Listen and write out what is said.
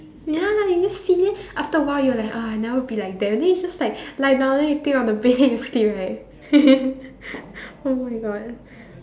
ya you just see after a while you're like !ah! I'll never be like them then you just like lie down then you think on the bed then you sleep right oh-my-God